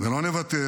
ולא נוותר